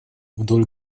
вдоль